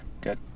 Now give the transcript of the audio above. good